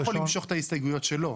אני לא יכול למשוך את ההסתייגויות שלו.